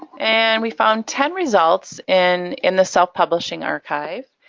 and we found ten results in in the self-publishing archive.